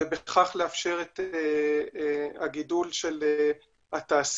ובכך לאפשר את הגידול של התעשייה.